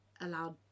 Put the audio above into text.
allowed